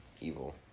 evil